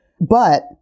But-